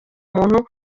muntu